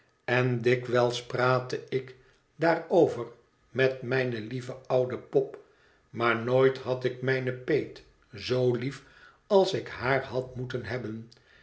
en dikwijls praatte ik daarover met mijne lieve oude pop maar nooit had ik mijne peet zoo lief als ik haar had moeten hebben